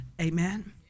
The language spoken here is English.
amen